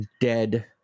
dead